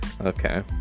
Okay